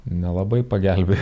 nelabai pagelbėjo